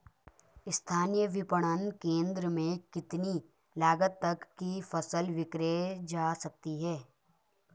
स्थानीय विपणन केंद्र में कितनी लागत तक कि फसल विक्रय जा सकती है?